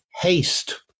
Haste